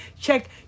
Check